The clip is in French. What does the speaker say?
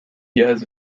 gaz